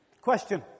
Question